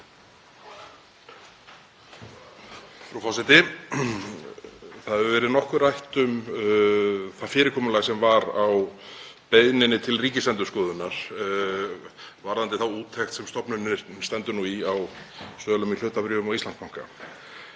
Það hefur verið nokkuð rætt um að það fyrirkomulag sem var á beiðninni til Ríkisendurskoðunar varðandi þá úttekt sem stofnunin stendur nú í á sölum í hlutabréfum á Íslandsbanka